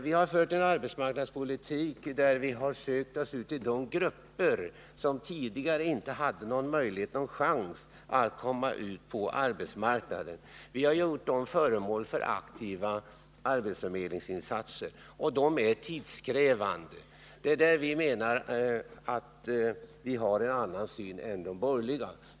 Vi har fört en arbetsmarknadspolitik där vi har sökt oss ut till de grupper som tidigare inte hade någon chans att komma in på arbetsmarknaden. Vi har gjort dessa grupper till föremål för aktiva arbetsförmedlingsinsatser, och de är tidskrävande. Det är har som vi menar att vi har en annan syn än de borgerliga.